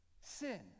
sin